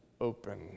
open